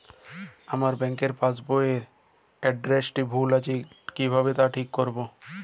আমার bank passbook এর এড্রেসটি ভুল আছে কিভাবে তা ঠিক করবো?